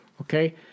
Okay